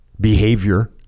behavior